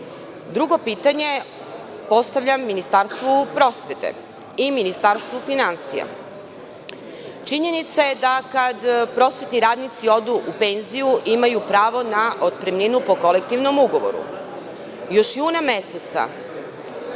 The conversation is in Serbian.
pitanje postavljam Ministarstvu prosvete i Ministarstvu finansija. Činjenica je da kada prosvetni radnici odu u penziju imaju pravo na otpremninu po kolektivnom ugovoru. Još juna meseca